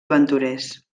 aventurers